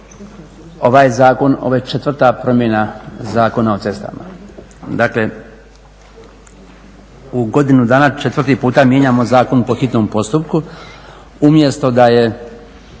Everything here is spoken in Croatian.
ovaj zakon, ovo je četvrta promjena Zakona o cestama. Dakle, u godinu dana četvrti puta mijenjamo zakon po hitnom postupku umjesto da je